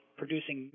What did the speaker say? producing